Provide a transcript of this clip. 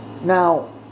Now